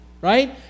right